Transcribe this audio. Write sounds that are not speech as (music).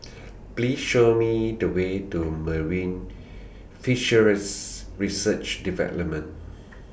(noise) Please Show Me The Way to Marine Fisheries Research department